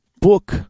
book